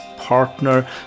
partner